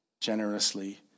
generously